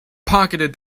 pocketed